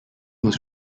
was